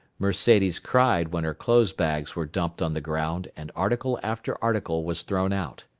mercedes cried when her clothes-bags were dumped on the ground and article after article was thrown out.